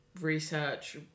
research